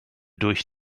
durch